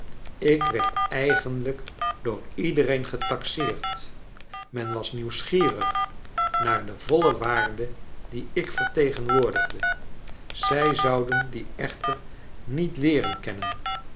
ik werd eigenlijk door iedereen getaxeerd men was nieuwsgierig naar de voile waarde die ik vertegenwoordigde zij zouden die echter niet leeren kennen